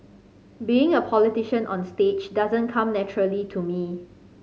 being a politician onstage doesn't come naturally to me